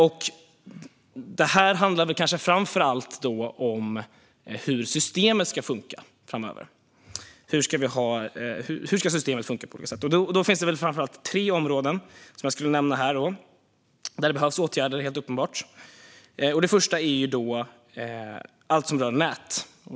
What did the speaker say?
Framför allt handlar det kanske om hur systemet ska funka framöver, och jag vill nämna tre områden där det är uppenbart att åtgärder behövs. Det första är allt som rör nät.